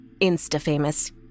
insta-famous